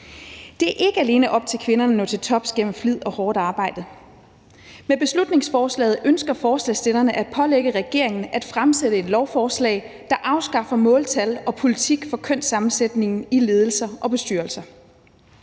Det er ikke alene op til kvinderne at nå til tops gennem flid og hårdt arbejde. Med beslutningsforslaget ønsker forslagsstillerne at pålægge regeringen at fremsætte et lovforslag, der afskaffer måltal og politik for kønssammensætningen i ledelser og bestyrelser.